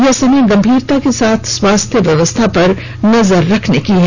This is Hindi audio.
यह समय गंभीरता के साथ स्वास्थ्य व्यवस्था पर नजर रखने की है